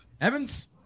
Evans